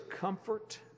comfort